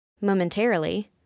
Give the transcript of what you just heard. momentarily